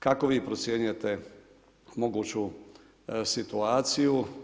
Kako vi procjenjujete moguću situaciju?